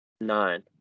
nine